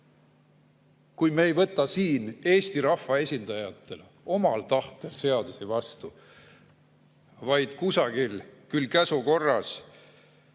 Kui me ei võta siin Eesti rahvaesindajatena omal tahtel seadusi vastu, vaid võtame käsu korras